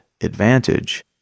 advantage